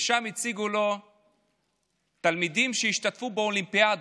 ושם הציגו לו תלמידים שהשתתפו באולימפיאדות,